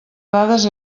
dades